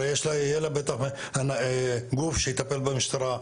הרי יהיה לה גוף שיטפל במשטרה,